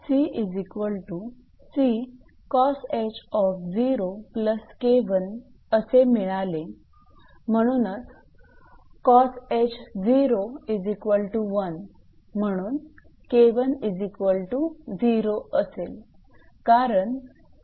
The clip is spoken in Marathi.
असे मिळेल म्हणूनच cosh01 म्हणून 𝐾10 असेल